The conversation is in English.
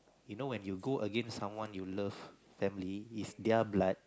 you know when you go against someone you love family is their blood